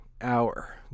Hour